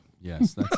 Yes